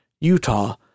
Utah